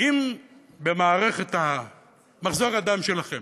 אם במערכת מחזור הדם שלכם